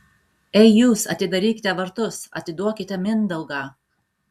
ei jūs atidarykite vartus atiduokite mindaugą